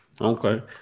okay